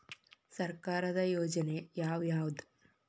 ಸರ್ಕಾರದ ಯೋಜನೆ ಯಾವ್ ಯಾವ್ದ್?